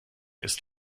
ist